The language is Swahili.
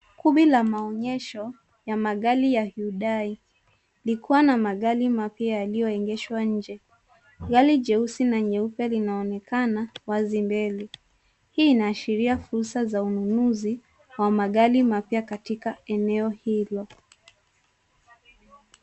Kundi la maonyesho ya magari ya Hyundai likiwa na magari mapya yaliyoegeshwa nje. Gari jeusi na nyeupe linaonekana wazi mbele. Hii inaashiria fursa za ununuzi wa magari mapya katika eneo hilo.